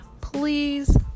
please